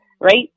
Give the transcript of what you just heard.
right